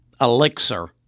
elixir